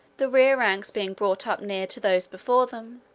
the rear ranks being brought up near to those before them,